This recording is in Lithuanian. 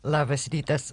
labas rytas